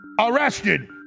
arrested